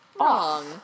wrong